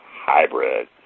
hybrid